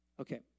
Okay